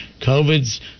COVID's